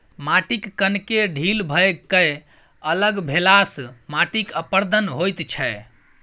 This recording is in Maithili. माटिक कणकेँ ढील भए कए अलग भेलासँ माटिक अपरदन होइत छै